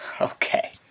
Okay